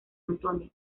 antonio